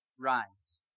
Rise